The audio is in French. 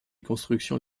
constructions